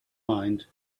mind